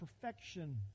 perfection